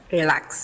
Relax